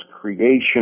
creation